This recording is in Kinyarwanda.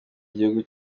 igihugu